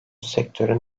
sektörü